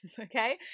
okay